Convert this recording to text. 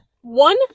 One